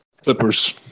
Clippers